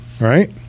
right